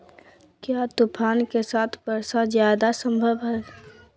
क्या तूफ़ान के साथ वर्षा जायदा संभव है?